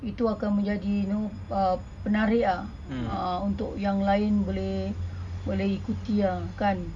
itu akan menjadi you know uh penarik ah ah untuk yang lain boleh ikuti ah kan